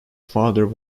father